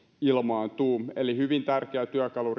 ilmaantuu eli hyvin tärkeä työkalu